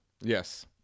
yes